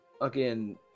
again